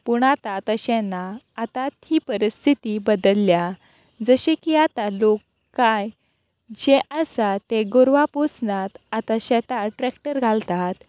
पूण आतां तशें ना आतां ती परिस्थिती बदल्ल्या जशे की आतां लोक कांय आसा ते गोरवां पोसनात आतां शेत ट्रेक्टर घालतात